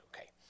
okay